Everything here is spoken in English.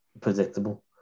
predictable